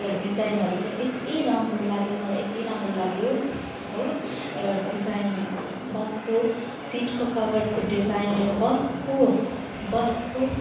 र डिजाइनहरू पनि यत्ति राम्रो लाग्यो मलाई यत्ति राम्रो लाग्यो हो र डिजाइन बसको सिटको कभरको डिजाइन र बसको बसको